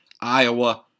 Iowa